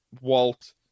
Walt